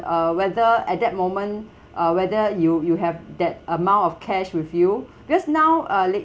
uh whether at that moment uh whether you you have that amount of cash with you just now uh